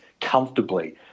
comfortably